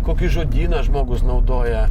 kokį žodyną žmogus naudoja